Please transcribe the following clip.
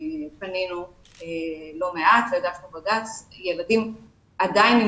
פנינו לא מעט והגשנו בג"צ כי ילדים עדיין לא